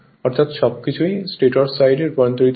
অর্থাৎ সবকিছুই স্টেটর সাইডে রূপান্তরিত হয়